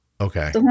okay